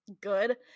good